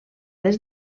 des